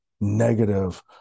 negative